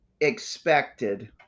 expected